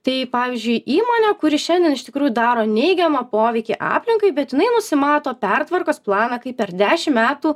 tai pavyzdžiui įmonė kuri šiandien iš tikrųjų daro neigiamą poveikį aplinkai bet jinai nusimato pertvarkos planą kai per dešim metų